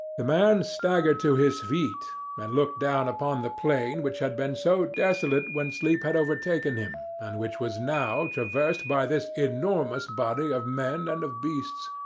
the man staggered to his feet and looked down upon the plain which had been so desolate when sleep had overtaken him, and which was now traversed by this enormous body of men and of beasts.